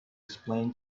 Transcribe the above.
explain